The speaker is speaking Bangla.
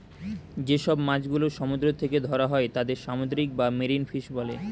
যে সব মাছ গুলো সমুদ্র থেকে ধরা হয় তাদের সামুদ্রিক বা মেরিন ফিশ বলে